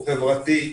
הוא חברתי,